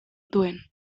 duen